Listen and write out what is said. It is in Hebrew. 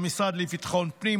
המשרד לביטחון פנים,